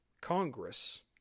Congress